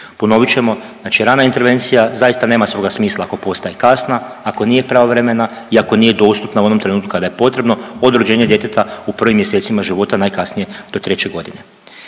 Ponovit ćemo, znači rana intervencija zaista nema svoga smisla ako postaje kasna, ako nije pravovremena i ako nije dostupna u onom trenutku kada je potrebno od rođenja djeteta u prvim mjesecima života najkasnije do treće godine.